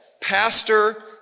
Pastor